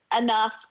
enough